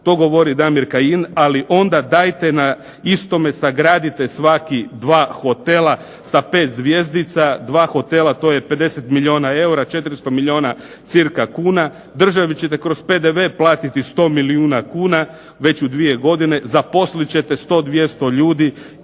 To govori Damir Kajin. Ali onda dajte na istome sagradite svaki dva hotela sa pet zvjezdica, dva hotela to je 50 milijuna eura, 400 milijuna cirka kuna, državi ćete kroz PDV platiti 100 milijuna kuna, već u dvije godine zaposlit ćete 100, 200 ljudi,